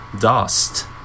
Dust